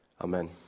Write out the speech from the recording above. amen